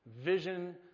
vision